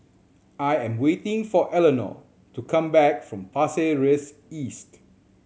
I am waiting for Eleonore to come back from Pasir Ris East